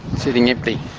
sitting empty.